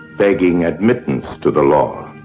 begging admittance to the law.